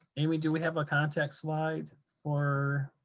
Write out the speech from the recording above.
amy, do we have a contact slide for